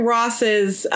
Ross's